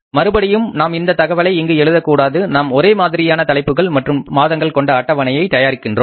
மறுபடியும் நாம் இந்த தகவலை இங்கு எழுதக்கூடாது நாம் ஒரே மாதிரியான தலைப்புக்கள் மற்றும் மாதங்கள் கொண்ட அட்டவணையை தயாரிக்கிறோம்